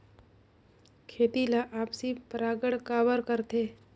खेती ला आपसी परागण काबर करथे?